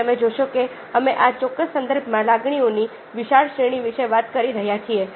તેથી તમે જોશો કે અમે આ ચોક્કસ સંદર્ભમાં લાગણીઓની વિશાળ શ્રેણી વિશે વાત કરી રહ્યા છીએ